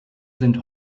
sind